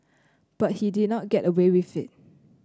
but he did not get away with it